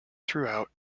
throughout